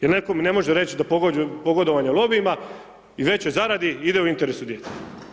Jer netko mi ne može reći da pogodovanje lobijima i većoj zaradi ide u interesu djeteta.